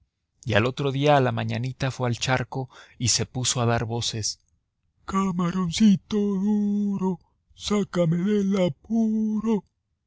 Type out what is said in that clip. y al otro día a la mañanita fue al charco y se puso a dar voces p camaroncito duro sácame del apuro